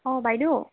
অঁ বাইদেউ